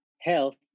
health